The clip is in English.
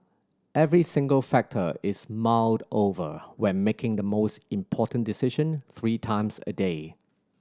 every single factor is mulled over when making the most important decision three times a day